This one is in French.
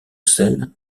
celle